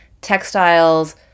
textiles